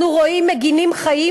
אנחנו רואים מגינים חיים,